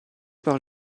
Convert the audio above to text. par